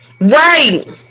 right